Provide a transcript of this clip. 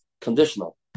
conditional